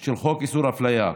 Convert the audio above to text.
של חוק איסור אפליה.